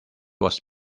was